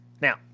Now